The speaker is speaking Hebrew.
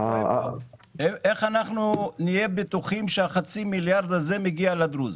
איך אנחנו נהיה בטוחים שחצי מיליארד השקלים האלה מגיעים לדרוזים?